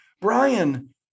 Brian